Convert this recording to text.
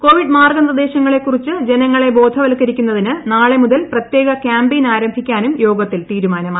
Covid മാർഗ്ഗനിർദ്ദേശങ്ങളെക്കുറിച്ച് ജനങ്ങളെ ബോധവ ത്കരിക്കുന്നതിന് നാളെ മുതൽ പ്രത്യേക ക്യാമ്പയിൻ ആരംഭി ക്കാനും യോഗത്തിൽ തീരുമാനമായി